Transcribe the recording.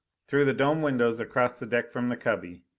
through the dome windows across the deck from the cubby,